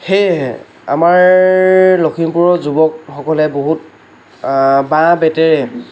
সেয়েহে আমাৰ লখিমপুৰৰ যুৱকসকলে বহুত বাঁহ বেতেৰে